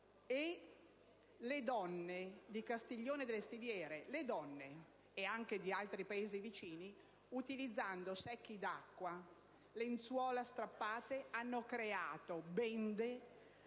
le donne di Castiglione delle Stiviere e di altri paesi vicini, utilizzando secchi d'acqua e lenzuola strappate, hanno creato bende,